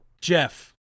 Jeff